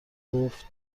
گفت